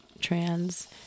trans